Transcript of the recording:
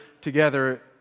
together